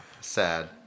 sad